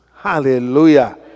Hallelujah